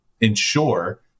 ensure